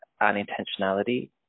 unintentionality